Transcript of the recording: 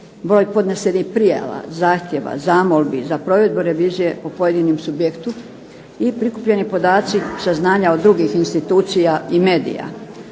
broj podnesenih prijava, zahtjeva, zamolbi za provedbu revizije po pojedinom subjektu i prikupljeni podaci, saznanja od drugih institucija i medija.